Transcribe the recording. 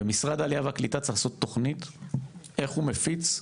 ומשרד העלייה והקליטה צריך לעשות תוכנית איך הוא מפיץ,